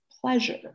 pleasure